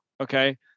Okay